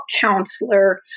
counselor